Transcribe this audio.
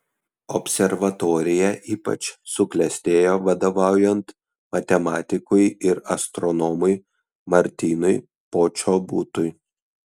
observatorija ypač suklestėjo vadovaujant matematikui ir astronomui martynui počobutui